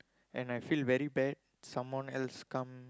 and I feel very bad someone else come